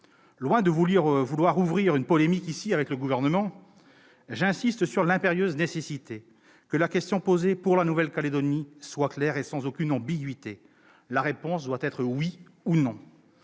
Loin de vouloir ouvrir une polémique avec le Gouvernement, j'insiste néanmoins sur l'impérieuse nécessité de faire en sorte que la question posée pour la Nouvelle-Calédonie soit claire et sans aucune ambiguïté. La réponse doit être oui ou non.